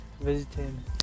visiting